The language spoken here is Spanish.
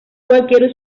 cualquier